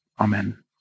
Amen